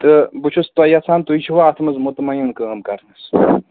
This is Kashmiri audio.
تہٕ بہٕ چھُس تۄہہِ یژھان تُہۍ چھُوا اَتھ منٛز مُطمعین کٲم کَرنَس